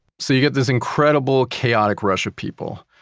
so you get this incredible chaotic rush of people.